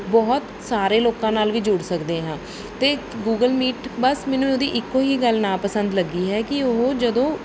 ਬਹੁਤ ਸਾਰੇ ਲੋਕਾਂ ਨਾਲ ਵੀ ਜੁੜ ਸਕਦੇ ਹਾਂ ਅਤੇ ਗੂਗਲ ਮੀਟ ਬਸ ਮੈਨੂੰ ਉਹਦੀ ਇੱਕੋਂ ਹੀ ਗੱਲ ਨਾ ਪਸੰਦ ਲੱਗੀ ਹੈ ਕਿ ਉਹ ਜਦੋਂ